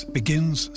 begins